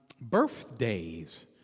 birthdays